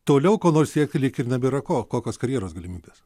toliau ko nors siekti lyg ir nebėra ko kokios karjeros galimybės